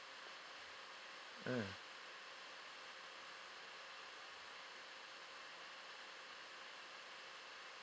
mm